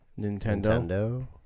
nintendo